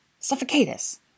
Suffocatus